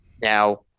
Now